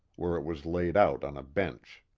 where it was laid out on a bench.